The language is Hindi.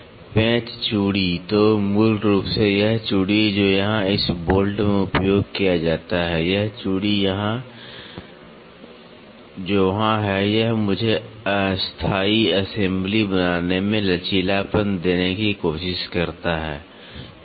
पेंच चूड़ी तो मूल रूप से यह चूड़ी जो यहां इस बोल्ट में उपयोग किया जाता है यह चूड़ी यहां जो वहां है यह मुझे अस्थायी असेंबली बनाने में लचीलापन देने की कोशिश करता है